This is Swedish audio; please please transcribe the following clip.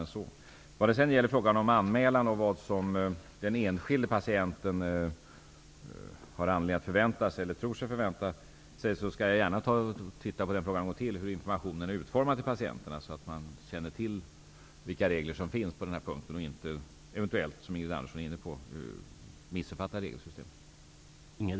Jag skall gärna titta över frågan om anmälan och om vad den enskilde patienten har anledning att tro sig förvänta, en gång till, för att ta reda på hur informationen till patienter är utformad. Det är viktigt att man känner till vilka regler som finns på den här punkten, så att man inte -- som Ingrid Andersson är inne på -- missuppfattar regelsystemet.